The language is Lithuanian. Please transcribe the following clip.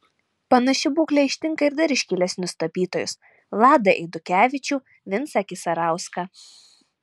panaši būklė ištinka ir dar iškilesnius tapytojus vladą eidukevičių vincą kisarauską